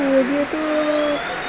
ৰেডিঅ'টো